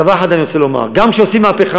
דבר אחד אני רוצה לומר: גם כשעושים מהפכה